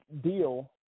deal